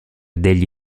degli